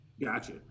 Gotcha